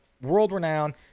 world-renowned